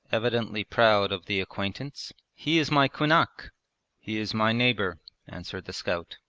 evidently proud of the acquaintance. he is my kunak he is my neighbour answered the scout.